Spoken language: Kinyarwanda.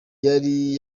yari